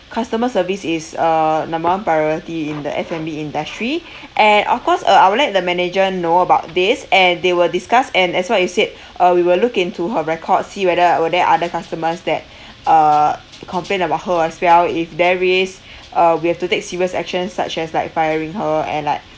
customer service is uh number one priority in the F and B industry and of course uh I would let the manager know about this and they will discuss and as what you said uh we will look into her record see whether were there other customers that uh complain about her as well if there is uh we have to take serious action such as like firing her and like